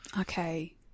Okay